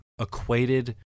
equated